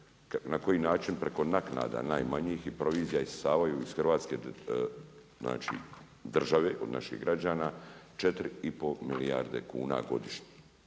na koji način preko naknada najmanjih i provizija isisavaju iz Hrvatske države od naših građana 4,5 milijarde kuna godišnje.